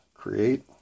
Create